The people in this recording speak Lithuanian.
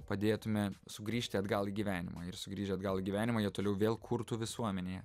padėtume sugrįžti atgal į gyvenimą ir sugrįžę atgal į gyvenimą jie toliau vėl kurtų visuomenėje